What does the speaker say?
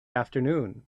afternoon